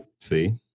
See